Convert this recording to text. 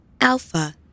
Alpha